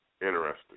interesting